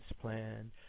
plan